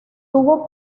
tuvo